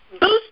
Boost